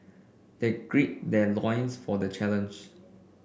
they gird their loins for the challenge